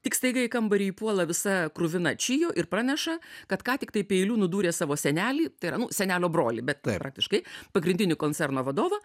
tik staiga į kambarį įpuola visa kruvina čijo ir praneša kad ką tiktai peiliu nudūrė savo senelį tai yra nu senelio brolį bet praktiškai pagrindinį koncerno vadovą